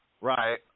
Right